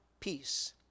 peace